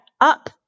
up